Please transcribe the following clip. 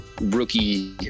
rookie